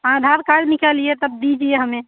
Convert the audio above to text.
आधार card निकालिए तब दीजिए हमें